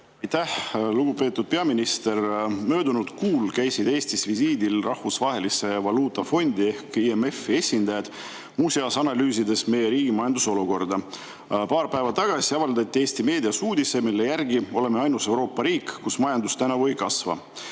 Aitäh! Lugupeetud peaminister! Möödunud kuul käisid Eestis visiidil Rahvusvahelise Valuutafondi ehk IMF‑i esindajad, kes muu seas analüüsisid meie riigi majanduse olukorda. Paar päeva tagasi avaldati Eesti meedias uudis, mille järgi me oleme ainus Euroopa riik, kus majandus tänavu ei kasva.